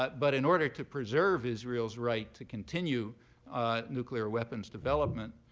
but but in order to preserve israel's right to continue nuclear weapons development